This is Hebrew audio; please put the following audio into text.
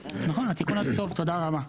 התיקון הזה טוב, תודה רבה.